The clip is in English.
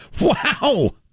Wow